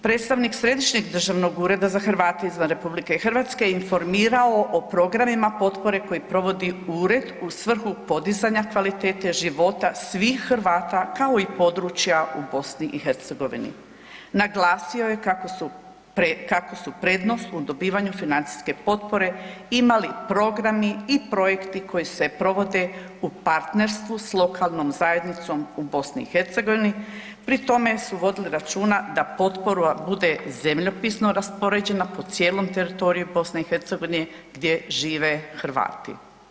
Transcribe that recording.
Predstavnik Središnjeg državnog ureda za Hrvate izvan RH informirao o programima potpore koji provodi ured u svrhu podizanje kvalitete život svih Hrvata kao i područja u BiH. naglasio je kako su prednost u dobivanju financijske potpore imali programi i projekti koji se provode u partnerstvu s lokalnom zajednicom u BiH pri tome su vodili računa da potpora bude zemljopisno raspoređena po cijelom teritoriju BiH gdje žive Hrvati.